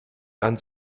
dann